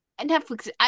Netflix